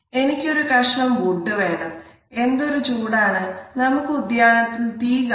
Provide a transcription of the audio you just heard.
എനിക്ക് ഒരു കഷ്ണം വുഡ് വേണം എന്തൊരു ചൂടാണ് നമുക്ക് ഉദ്യാനത്തിൽ തീ കായാം